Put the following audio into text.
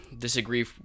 disagree